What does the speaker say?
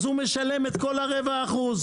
אז הוא משלם את כל הרבע אחוז,